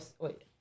Wait